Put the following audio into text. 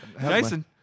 Jason